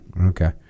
okay